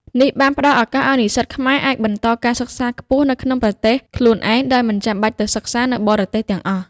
នេះបានផ្តល់ឱកាសឱ្យនិស្សិតខ្មែរអាចបន្តការសិក្សាខ្ពស់នៅក្នុងប្រទេសខ្លួនឯង ដោយមិនចាំបាច់ទៅសិក្សានៅបរទេសទាំងអស់។